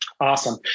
Awesome